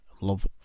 love